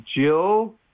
Jill